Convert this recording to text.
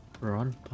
run